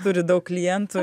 turi daug klientų